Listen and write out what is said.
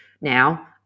Now